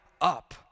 up